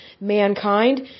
mankind